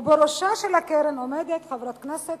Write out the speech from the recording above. בראשה של הקרן עומדת חברת הכנסת